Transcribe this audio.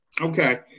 Okay